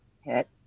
hit